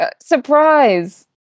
Surprise